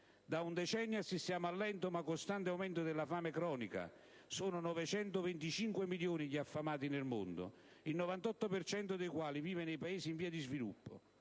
Da un decennio assistiamo al lento ma costante aumento della fame cronica (sono 925 milioni gli affamati nel mondo, il 98 per cento dei quali vive nei Paesi in via di sviluppo),